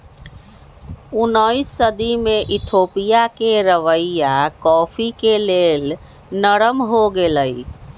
उनइस सदी में इथोपिया के रवैया कॉफ़ी के लेल नरम हो गेलइ